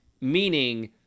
Meaning